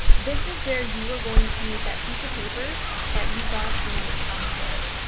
this is where you are going to need that piece of paper that you got from your counselor.